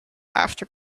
after